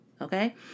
okay